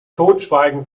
totschweigen